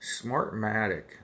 Smartmatic